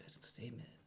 statement